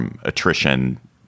attrition